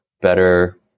better